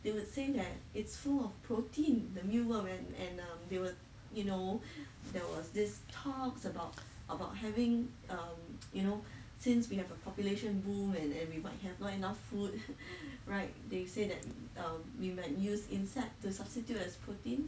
they would say that it's full of protein the mealworm right and um they would you know there was this talks about about having um you know since we have a population boom and we might have not enough food right they say that we might use um insect to substitute as protein